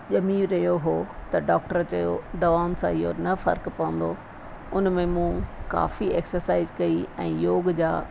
ॼमी रहयो हो त डॉक्टर चयो दवाउनि सां इहो न फ़र्क़ु पवंदो उन में मूं काफ़ी एक्सरसाइज़ कई ऐं योग जा